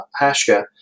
Hashka